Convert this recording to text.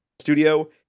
studio